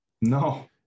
No